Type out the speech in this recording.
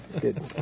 good